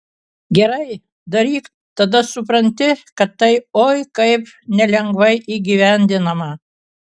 gerai daryk tada supranti kad tai oi kaip nelengvai įgyvendinama